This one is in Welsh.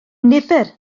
nifer